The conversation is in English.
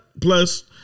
Plus